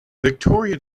victoria